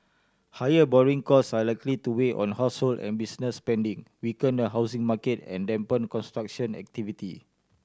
higher borrowing cost are likely to weigh on household and business spending weaken the housing market and dampen construction activity